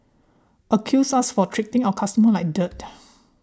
accused us for treating our customers like dirt